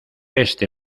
este